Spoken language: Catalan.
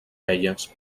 velles